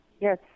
Yes